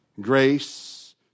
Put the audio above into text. grace